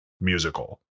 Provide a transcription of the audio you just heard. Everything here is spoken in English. musical